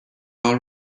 all